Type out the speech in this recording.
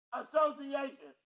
association